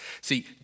See